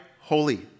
holy